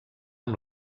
amb